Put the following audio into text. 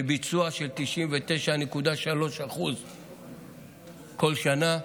בביצוע של 99.3% כל שנה,